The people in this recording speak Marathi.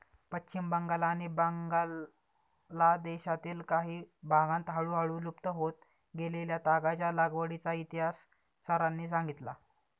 पश्चिम बंगाल आणि बांगलादेशातील काही भागांत हळूहळू लुप्त होत गेलेल्या तागाच्या लागवडीचा इतिहास सरांनी सांगितला